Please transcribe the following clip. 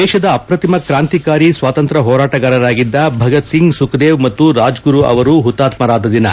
ಇಂದು ದೇಶದ ಅಪ್ರತಿಮ ಕ್ರಾಂತಿಕಾರಿ ಸ್ವಾತಂತ್ರ್ಯ ಹೋರಾಟಗಾರರಾಗಿದ್ದ ಭಗತ್ ಸಿಂಗ್ ಸುಖದೇವ್ ಮತ್ತು ರಾಜ್ಗುರು ಅವರು ಹುತಾತ್ಕರಾದ ದಿನ